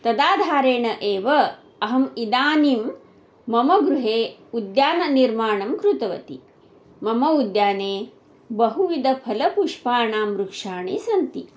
तदाधारेण एव अहम् इदानीं मम गृहे उद्याननिर्माणं कृतवती मम उद्याने बहुविदफलपुष्पाणां वृक्षाणि सन्ति